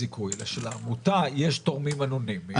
שלעמותה יש תורמים אנונימיים,